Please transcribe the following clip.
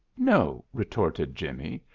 no, retorted jimmie,